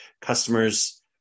customers